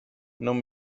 non